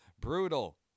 Brutal